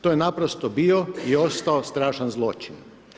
To je naprosto bio i ostao strašan zločin.